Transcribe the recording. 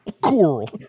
Coral